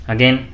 Again